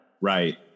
Right